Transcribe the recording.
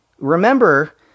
Remember